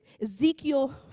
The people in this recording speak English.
Ezekiel